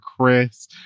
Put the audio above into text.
Chris